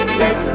sex